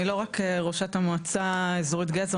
אני לא רק ראשת המועצה האזורית גזר,